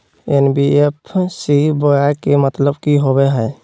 NBFC बोया के मतलब कि होवे हय?